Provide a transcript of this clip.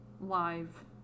live